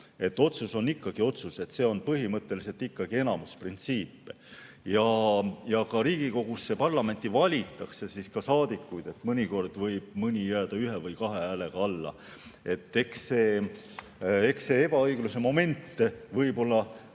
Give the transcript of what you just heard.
Otsus on ikkagi otsus, see on põhimõtteliselt ikkagi enamusprintsiip. Ka Riigikogusse, parlamenti valitakse saadikuid nii, et mõnikord võib mõni jääda ühe või kahe häälega alla. Eks see ebaõigluse moment võib-olla